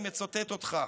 אני מצטט אותך,